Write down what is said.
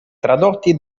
tradotti